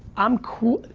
i'm cool,